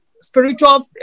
spiritual